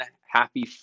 Happy